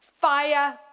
fire